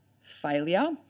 failure